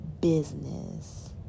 business